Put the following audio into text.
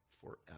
forever